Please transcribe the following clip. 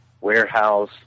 warehouse